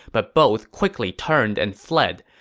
but both quickly turned and fled.